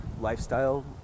lifestyle